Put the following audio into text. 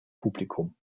publikum